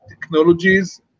technologies